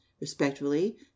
Respectfully